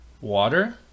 Water